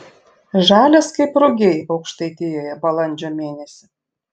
žalias kaip rugiai aukštaitijoje balandžio mėnesį